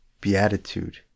beatitude